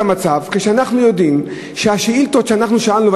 המצב כשאנחנו יודעים שהשאילתות שאנחנו שאלנו,